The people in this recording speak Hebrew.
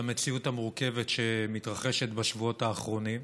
המציאות המורכבת שמתרחשת בשבועות האחרונים.